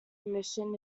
commission